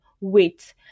wait